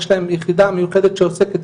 יש להם יחידה מיוחדת שעוסקת,